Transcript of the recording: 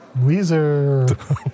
Weezer